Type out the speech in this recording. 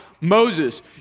Moses